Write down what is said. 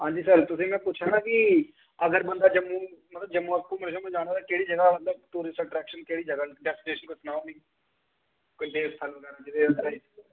हंजी सर तुसें गी में पुच्छना हा कि अगर बंदा जम्मू मतलब घूमन शूमन जाना होऐ केह्ड़ी जगह टूरिस्ट आट्रैक्शन केहड़ी जगह न सनाओ हां मिगी कोई देव स्थान बगैरा